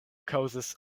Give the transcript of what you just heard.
kaŭzis